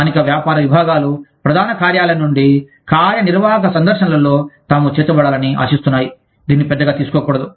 స్థానిక వ్యాపార విభాగాలు ప్రధాన కార్యాలయం నుండి కార్యనిర్వాహక సందర్శనలలో తాము చేర్చబడాలని ఆశిస్తున్నాయి దీనిని పెద్దగా తీసుకోకూడదు